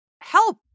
Help